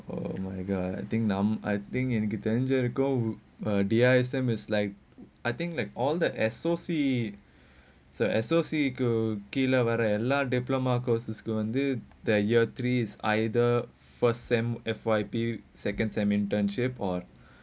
oh my god I think now I think எனக்கு தெரிஞ்ச வரைக்கும் டி:ennakku therinja varaikum di semester is like I think like all the associate the associate go lah diploma course go under the year three is either first semester F_Y_P second semester internship or